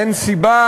אין סיבה,